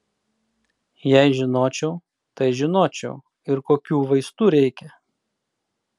jei žinočiau tai žinočiau ir kokių vaistų reikia